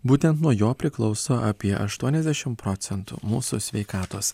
būtent nuo jo priklauso apie aštuoniasdešimt procentų mūsų sveikatos